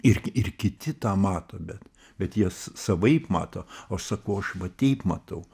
ir ir kiti tą mato bet bet jie savaip mato o aš sakau aš va taip matau